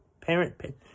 Parent